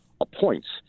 appoints